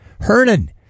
Hernan